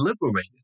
liberated